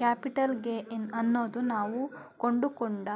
capital gain ಅನ್ನೋದು ನಾವು ಕೊಂಡುಕೊಂಡ